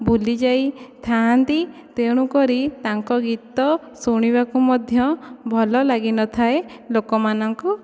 ଭୁଲିଯାଇଥାନ୍ତି ତେଣୁ କରି ତାଙ୍କ ଗୀତ ଶୁଣିବାକୁ ମଧ୍ୟ ଭଲ ଲାଗିନଥାଏ ଲୋକମାନଙ୍କୁ